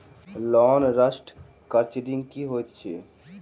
Loan restructuring की होइत अछि?